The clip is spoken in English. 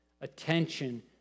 Attention